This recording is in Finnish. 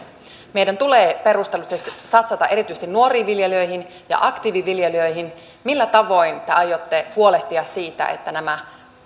meidän tulee perustellusti satsata erityisesti nuoriin viljelijöihin ja aktiiviviljelijöihin millä tavoin te aiotte huolehtia siitä että nämä